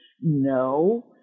no